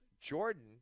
Jordan